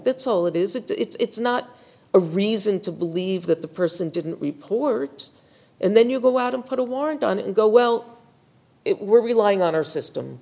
that's all it is it's not a reason to believe that the person didn't report and then you go out and put a warrant on it and go well it we're relying on our system